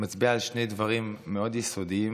מצביעה על שני דברים מאוד יסודיים